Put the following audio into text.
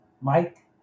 Mike